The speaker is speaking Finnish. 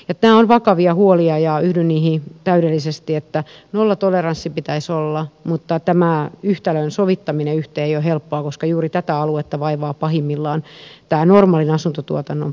nämä ovat vakavia huolia ja yhdyn siihen täydellisesti että nollatoleranssi pitäisi olla mutta näiden yhtälöiden sovittaminen yhteen ei ole helppoa koska juuri tätä aluetta vaivaa pahimmillaan tämän normaalin asuntotuotannon pula